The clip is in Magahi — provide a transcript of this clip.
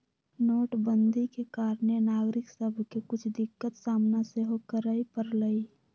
नोटबन्दि के कारणे नागरिक सभके के कुछ दिक्कत सामना सेहो करए परलइ